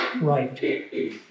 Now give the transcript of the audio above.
right